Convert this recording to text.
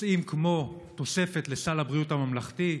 נושאים כמו תוספת לסל הבריאות הממלכתי,